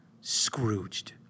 Scrooged